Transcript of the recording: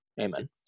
Amen